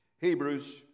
Hebrews